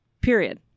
Period